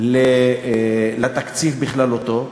לתקציב בכללותו.